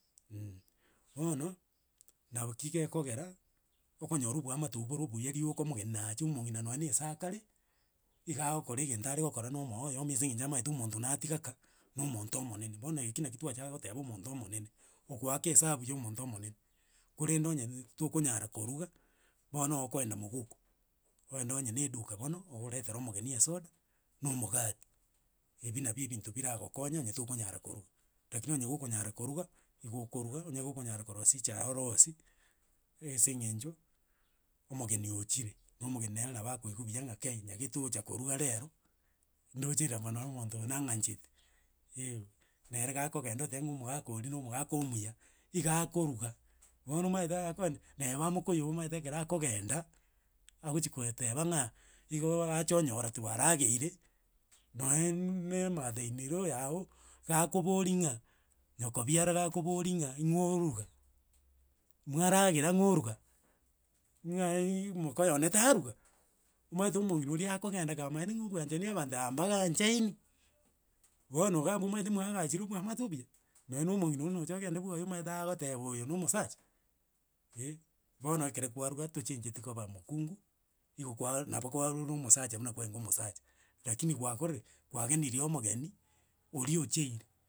Mh, bono, naoki gekogera, okonyora oboamate obwo bore obuya riooka omogeni na acha omong'ina nonye na ase akare, iga agokora egento aregokora na omooyo omo ase eng'encho namaete omonto natiga ka, na omonto omonene. Bono eki naki twachaka goteba omonto omonene, ogoaka esabu ya omonto omonene, korende onye tokonyara koruga, bono okoenda moguko oende onye na eduka bono, ooretere omogeni esoda, na omogati, ebi nabi ebinto biragokonye onye tokonyara koruga, rakini onye gokonyara koruga igo okoruga, onye gokonyara korosia echae orosie, ase eng'encho omogeni ochire, na omogeni nere nabo akoigwa buya ng'a kei, nyagete ocha koruga rero, ndoche ira mono omonto oyo nang'anchete eh, nere gakogenda oteba ng'a omogaka oria na omogaka omuya. Iga akoruga, bono omaete akogenda na eba moka oyo omaete ekero akogenda, agochi koyeteba ng'a, igooo acha onyora twarageire, nonye naemmm me ematha in- law yago gakoboria ng'a, nyoko biara gakobori ng'a ng'o oruga, mwaragera ng'o oruga, ng'a iiiiii moka oyone taruga, omaete omong'ina oria akogenda kamaete ng'a oboanchani abanto aba mbagaanchaini. Bono iga abwo omaete mwaagachire oboamate obuya, nonye na omong'ina oywo nocha ogende bwoye omaete agoteba oyo na omosacha eh, bono ekere kwaruga tochenjeti koba. mokungu, igo kwaaa nabo kwarora omosacha buna kwarenge omosacha, rakini gwakorire ki, kwagenirie omogeni oria ocheire.